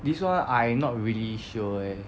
this [one] I not really sure leh